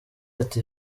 ati